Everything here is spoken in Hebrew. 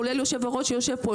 כולל ליו"ר שיושב פה,